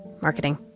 marketing